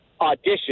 audition